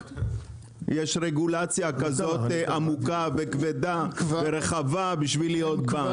יש רגולציה כזאת עמוקה וכבדה ורחבה בשביל להיות בנק.